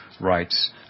rights